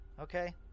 okay